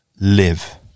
live